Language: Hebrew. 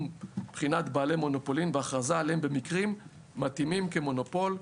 מבחינת בעלי מונופולין והכרזה עליהם במקרים מתאימים כמונופול,